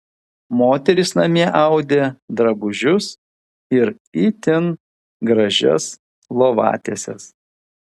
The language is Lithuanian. moterys namie audė drabužius ir itin gražias lovatieses